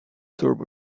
turbo